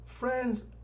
Friends